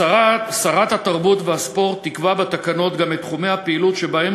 שרת התרבות והספורט תקבע בתקנות גם את תחומי הפעילות שבהם